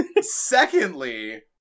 Secondly